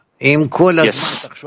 Yes